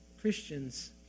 Christians